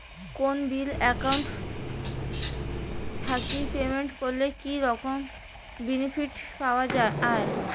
কোনো bill account থাকি payment করলে কি রকম বেনিফিট পাওয়া য়ায়?